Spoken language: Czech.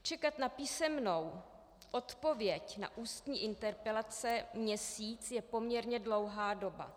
Čekat na písemnou odpověď na ústní interpelaci měsíc je poměrně dlouhá doba.